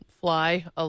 fly